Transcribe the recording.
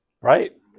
Right